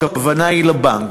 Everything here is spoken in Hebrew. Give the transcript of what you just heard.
הכוונה לבנק,